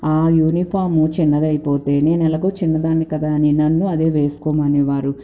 uniform చిన్నదైపోతే నేనెలాగో చిన్నదాన్ని కదా అని నన్ను అదే వేసుకోమనేవారు